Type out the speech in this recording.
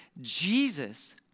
Jesus